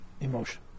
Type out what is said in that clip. emotion